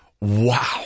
wow